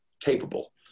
capable